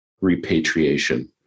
repatriation